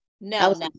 no